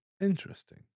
Interesting